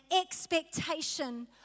expectation